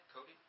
Cody